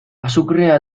azukrea